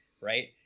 Right